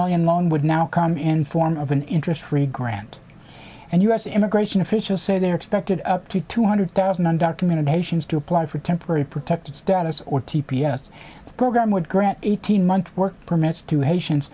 million longwood now come in form of an interest free grant and u s immigration officials say they're expected up to two hundred thousand undocumented haitians to apply for temporary protected status or t p s the program would grant eighteen months work permits to haitians